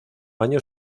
año